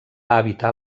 habitar